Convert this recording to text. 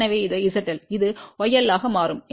எனவே இது zL இது yL ஆக மாறும்